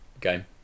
game